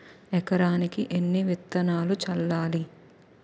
ఎకరానికి ఎన్ని విత్తనాలు చల్లాలి?